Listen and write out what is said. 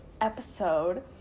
episode